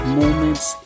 moments